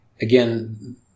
again